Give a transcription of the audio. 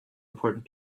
important